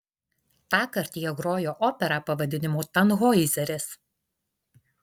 tąkart jie grojo operą pavadinimu tanhoizeris